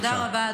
תודה רבה.